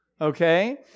Okay